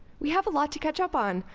we have a lot to catch up on.